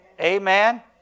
Amen